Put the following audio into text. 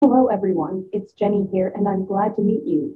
שלום לכולם, כאן ג'ני ואני שמחה להכיר אתכם.